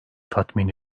tatmin